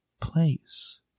place